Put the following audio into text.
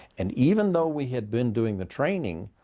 and even though we had been doing the training,